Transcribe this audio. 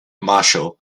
marshall